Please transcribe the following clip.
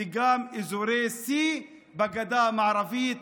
וגם אזורי C בגדה המערבית,